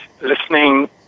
listening